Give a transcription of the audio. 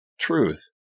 truth